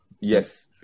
yes